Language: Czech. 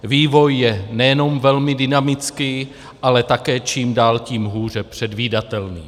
Vývoj je nejenom velmi dynamický, ale také čím dál tím hůře předvídatelný.